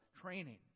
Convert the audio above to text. training